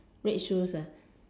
red shoes